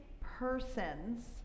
persons